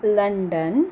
London